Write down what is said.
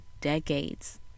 decades